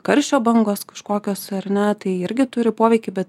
karščio bangos kažkokios ar ne tai irgi turi poveikį bet